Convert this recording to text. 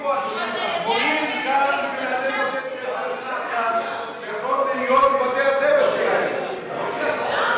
יושבים פה מורים ומנהלי בתי-ספר, הם יושבים כאן.